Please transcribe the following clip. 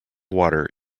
water